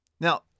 Now